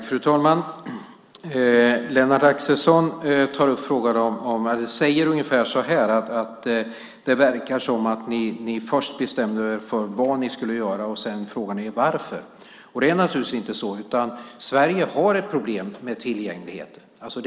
Fru ålderspresident! Lennart Axelsson säger ungefär så här: Det verkar som om ni först bestämde er för vad ni skulle göra, och sedan frågar ni er varför. Så är det naturligtvis inte. Sverige har ett problem med tillgängligheten.